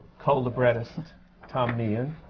co-librettist tom meehan.